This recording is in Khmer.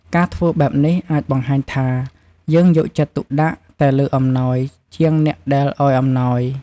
ការធ្វើបែបនេះអាចបង្ហាញថា យើងយកចិត្តទុកដាក់តែលើអំណោយជាងអ្នកដែលឲ្យអំណោយ។